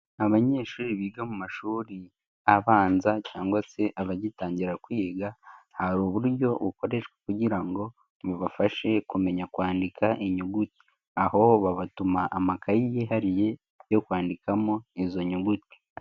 Abanyeshuri biga mu mashuri abanza cyangwa se abagitangira kwiga hari uburyo bukoreshwa kugira ngo mubafashe kumenya kwandika inyuguti, aho babatuma amakayeyi yihariye yo kwandikamo izo nyuguti.